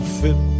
fit